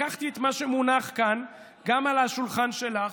לקחתי את מה שמונח כאן, גם על השולחן שלך,